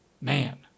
Man